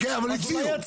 כן, אבל הציעו.